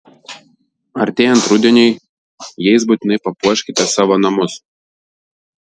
artėjant rudeniui jais būtinai papuoškite savo namus